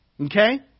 Okay